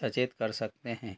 सचेत कर सकते हैं